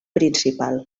principal